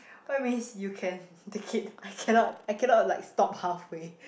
what you mean you can take it I cannot I cannot like stop halfway